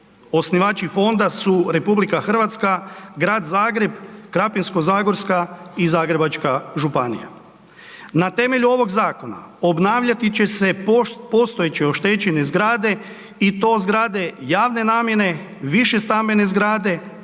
Osnivači fonda su RH, Grad Zagreb, Krapinsko-zagorska i Zagrebačka županija. Na temelju ovoga zakona obnavljati će se postojeće oštećene zgrade i to zgrade javne namjene, višestambene zgrade